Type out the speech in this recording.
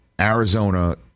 Arizona